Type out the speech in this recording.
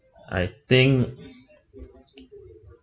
I think